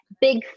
big